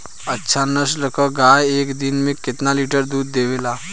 अच्छी नस्ल क गाय एक दिन में केतना लीटर दूध देवे ला?